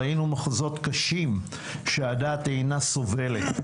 ראינו מחזות קשים שהדעת אינה סובלת.